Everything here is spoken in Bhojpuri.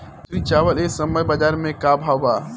मंसूरी चावल एह समय बजार में का भाव बा?